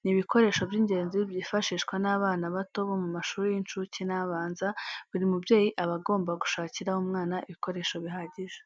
Ni ibikoresho by'ingenzi byifashishwa n'abana bato bo mu mashuri y'incuke n'abanza, buri mubyeyi aba agomba gushakira umwana ibikoresho bihagije.